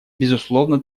безусловно